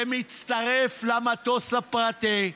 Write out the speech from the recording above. זה מתווסף למטוס הפרטי,